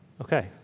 Okay